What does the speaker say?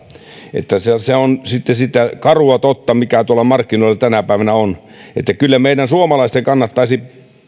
että se se on sitten sitä karua totta mikä tuolla markkinoilla tänä päivänä on kyllä meidän suomalaisten kannattaisi